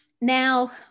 Now